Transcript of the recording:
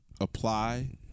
apply